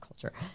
culture